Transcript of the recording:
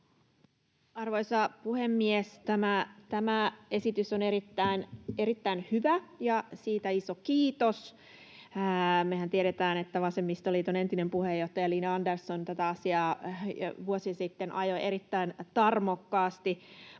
Arvoisa puhemies! Tämä esitys on erittäin hyvä, ja siitä iso kiitos. Mehän tiedetään, että vasemmistoliiton entinen puheenjohtaja Li Andersson tätä asiaa jo vuosi sitten ajoi erittäin tarmokkaasti.